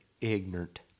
ignorant